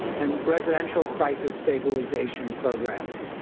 and residential crisis stabilization programs,